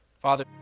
Father